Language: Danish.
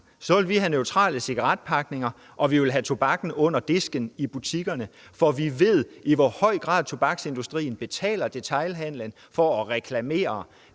Så vil vi have neutrale cigaretpakker, og vi vil have tobakken under disken i butikkerne, for vi ved, i hvor høj grad tobaksindustrien betaler detailhandelen for at reklamere.